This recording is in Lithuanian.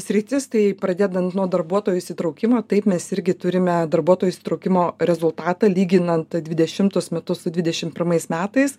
sritis tai pradedant nuo darbuotojų įsitraukimo taip mes irgi turime darbuotojų įsitraukimo rezultatą lyginant dvidešimtus metus su dvidešim pirmais metais